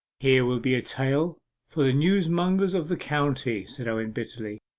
here will be a tale for the newsmongers of the county said owen bitterly.